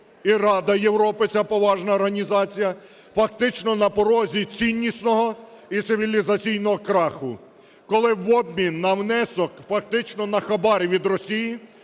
і Рада Європи, ця поважна організація, фактично на порозі ціннісного і цивілізаційного краху, коли в обмін на внесок, фактично на хабар, від Росії